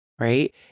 right